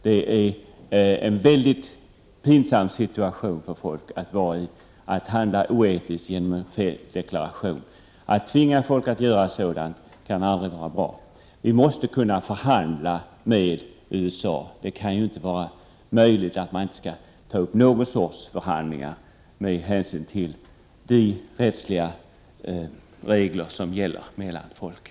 Det är en mycket pinsam situation att vara i att handla oetiskt genom en felaktig deklaration. Att tvinga folk att göra så kan aldrig vara bra. Vi måste kunna förhandla med USA. Det kan inte vara rimligt att det inte skall gå att ta upp någon sorts förhandlingar, med hänsyn till de rättsliga regler som gäller mellan folken.